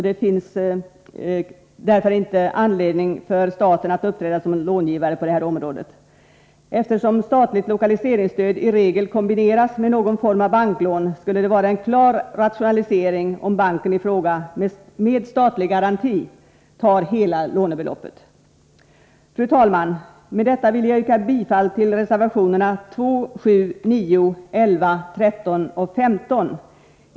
Det finns därför ingen anledning för staten att uppträda som långivare på det här området. Eftersom statligt lokaliseringsstöd i regel kombineras med någon form av banklån skulle det vara en klar rationalisering om banken i fråga med statlig garanti tar hela lånebeloppet. Fru talman! Med detta yrkar jag bifall till reservationerna 2, 7,9, 11, 13 och 15.